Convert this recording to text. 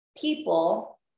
people